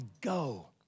go